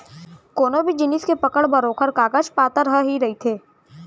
कोनो भी जिनिस के पकड़ बर ओखर कागज पातर ह ही रहिथे